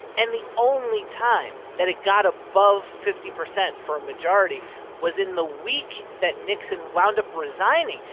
and the only time that it got above fifty percent for a majority was in the week that nixon wound up resigning.